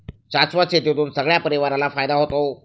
शाश्वत शेतीतून सगळ्या परिवाराला फायदा होतो